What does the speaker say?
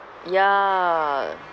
ya